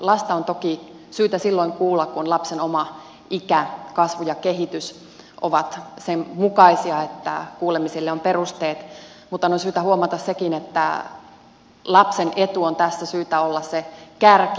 lasta on toki syytä silloin kuulla kun lapsen oma ikä kasvu ja kehitys ovat sen mukaisia että kuulemiselle on perusteet mutta on syytä huomata sekin että lapsen edun on tässä syytä olla se kärki